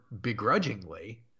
begrudgingly